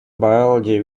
biology